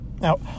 Now